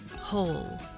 Whole